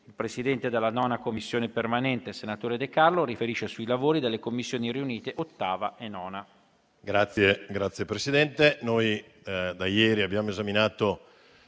Il presidente della 9a Commissione permanente, senatore De Carlo, riferisce sui lavori delle Commissioni riunite 8a e 9a